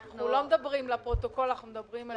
אנחנו לא מדברים לפרוטוקול, אנחנו מדברים אליכם.